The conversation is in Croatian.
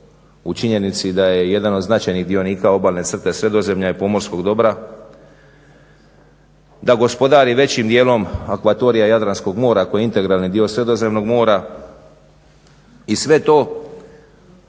u činjenici da je jedan od značajnih dionika obalne crte Sredozemlja i pomorskog dobra, da gospodari većim dijelom akvatorija Jadranskog mora koji je integralni dio Sredozemnog mora i sve to